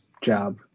job